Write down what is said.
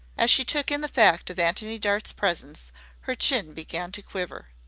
as she took in the fact of antony dart's presence her chin began to quiver.